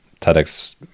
TEDx